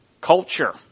culture